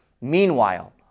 Meanwhile